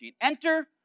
enter